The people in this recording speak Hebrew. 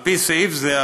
על פי סעיף זה,